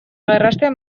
gerraostean